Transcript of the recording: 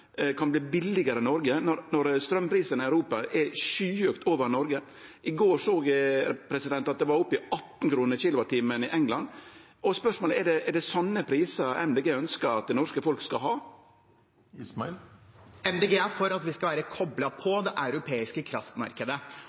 kan bli billigare i Noreg, når straumprisane i Europa er skyhøgt over dei norske? I går såg eg at det var oppe i 18 kr per kWh i England. Spørsmålet er: Er det sånne prisar Miljøpartiet Dei Grøne ønskjer at det norske folket skal ha? MDG er for at vi skal være koblet på det europeiske kraftmarkedet.